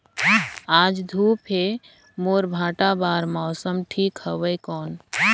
आज धूप हे मोर भांटा बार मौसम ठीक हवय कौन?